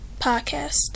podcast